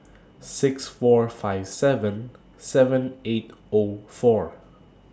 six four five seven seven eight O four